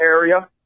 area